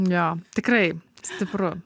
jo tikrai stipru